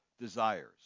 desires